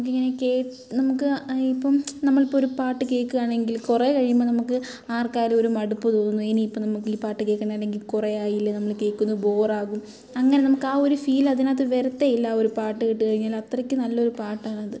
നമുക്കിങ്ങനെ കേട്ട് നമുക്ക് ആ ഇപ്പം നമ്മൾ ഇപ്പം ഒരു പാട്ട് കേൾക്കുകയാണെങ്കിൽ കുറെ കഴിയുമ്പോൾ നമുക്ക് ആർക്കായാലും ഒരു മടുപ്പ് തോന്നും ഇനി ഇപ്പോൾ നമുക്ക് ഈ പാട്ട് കേൾക്കണ്ട അല്ലെങ്കിൽ കുറെ ആയില്ലേ നമ്മൾ ഇത് കേൾക്കുന്നു ബോറാകും അങ്ങനെ നമുക്ക് ആ ഒരു ഫീൽ അതിനകത്ത് വരത്തേ ഇല്ല ആ ഒരു പാട്ട് കേട്ട് കഴിഞ്ഞാൽ അത്രയ്ക്ക് നല്ലൊരു പാട്ടാണത്